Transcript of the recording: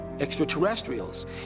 Extraterrestrials